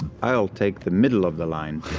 i'll take the middle of the line.